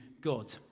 God